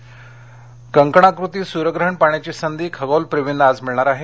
सूर्यग्रहण कंकणाकृती सूर्यग्रहण पाहण्याची संधी खगोलप्रेमींना आज मिळणार आहे